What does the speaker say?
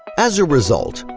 as a result,